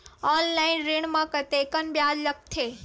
Online ऋण म कतेकन ब्याज लगथे?